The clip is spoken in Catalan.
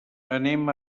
anem